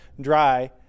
dry